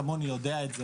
ורואים את התוספת